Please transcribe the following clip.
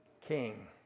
King